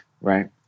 right